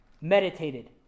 meditated